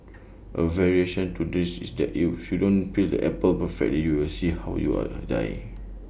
A variation to this is that if you don't peel the apple perfectly you will see how you are die